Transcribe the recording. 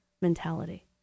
mentality